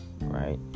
right